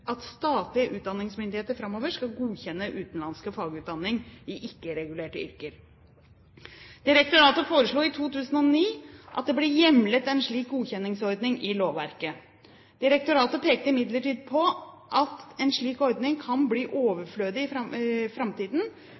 at statlige utdanningsmyndigheter framover skal godkjenne utenlandsk fagutdanning i ikke-regulerte yrker. Direktoratet foreslo i 2009 at det blir hjemlet en slik godkjenningsordning i lovverket. Direktoratet pekte imidlertid på at en slik ordning kan bli overflødig i framtiden